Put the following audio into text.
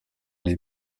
les